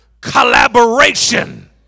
Collaboration